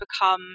become